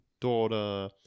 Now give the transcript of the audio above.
daughter